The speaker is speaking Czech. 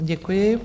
Děkuji.